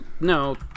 no